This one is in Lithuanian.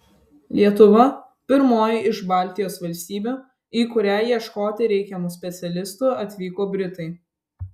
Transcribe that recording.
lietuva pirmoji iš baltijos valstybių į kurią ieškoti reikiamų specialistų atvyko britai